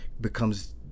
becomes